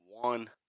one